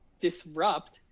disrupt